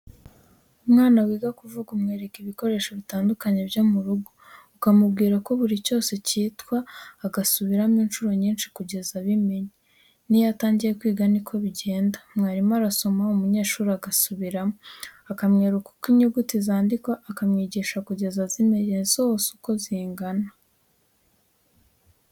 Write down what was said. Umwana wiga kuvuga umwereka ibikoresho bitandukanye byo mu rugo, ukamubwira uko buri cyose cyitwa, agasubiramo incuro nyinshi kugeza abimenye, n'iyo atangiye kwiga niko bigenda, mwarimu arasoma, umunyeshuri agasubiramo, akamwereka uko inyuguti zandikwa akamwigana kugeza azimenye zose uko zingana.